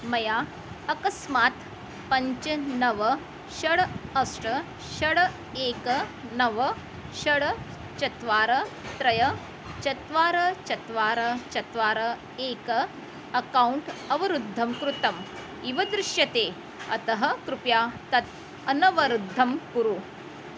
मया अकस्मात् पञ्च नव षड् अष्ट षड् नव षड चत्वारि त्रयं चत्वारि चत्वारि चत्वारि एकम् अकौण्ट् अवरुद्धं कृतम् इव दृश्यते अतः कृपया तत् अनवरुद्धं कुरु